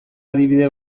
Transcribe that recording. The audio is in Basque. adibide